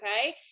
okay